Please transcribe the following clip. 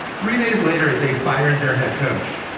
three days later, they fired their head coach,